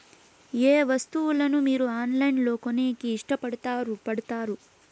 ఏయే వస్తువులను మీరు ఆన్లైన్ లో కొనేకి ఇష్టపడుతారు పడుతారు?